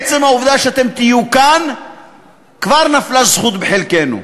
עצם העובדה שאתם תהיו כאן כבר נפלה זכות בחלקנו.